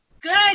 Good